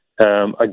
again